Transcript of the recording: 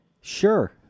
Sure